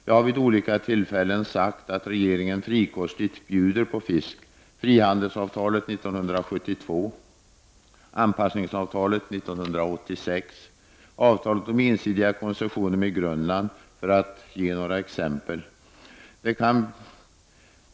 Jag har vid olika tillfällen sagt att regeringen frikostigt bjuder på fisk. Frihandelsavtalet 1972, anpassningsavtalet 1986 och avtalet om ensidiga koncessioner med Grönland är några exempel.